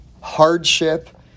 hardship